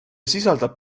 sisaldab